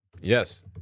Yes